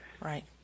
right